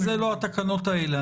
זה לא בתקנות האלה.